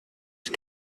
ich